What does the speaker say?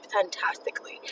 fantastically